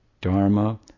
Dharma